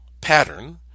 pattern